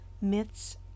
myths